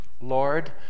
Lord